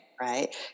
right